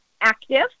active